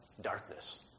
darkness